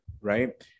right